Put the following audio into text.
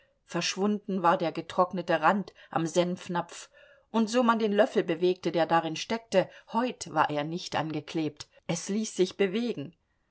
verschwunden war der getrocknete rand am senfnapf und so man den löffel bewegte der darin steckte heut war er nicht angeklebt es ließ sich bewegen